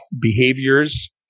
behaviors